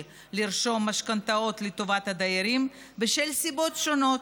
לרשום משכנתאות לטובת הדיירים מסיבות שונות,